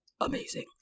amazing